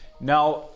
Now